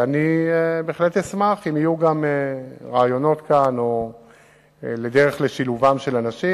אני בהחלט אשמח אם יהיו רעיונות לדרך שילובם של אנשים.